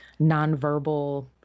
nonverbal